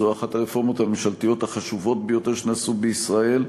זו אחת הרפורמות הממשלתיות החשובות ביותר שנעשו בישראל,